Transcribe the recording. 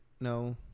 No